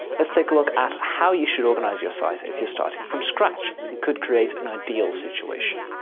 let's take a look at how you should organize your site if you're starting from scratch and could create an ideal situation.